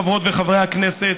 חברות וחברי הכנסת,